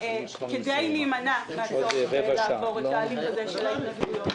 כדי להימנע מהצורך לעבור את ההליך הזה של ההתנגדויות,